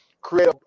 create